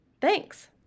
Thanks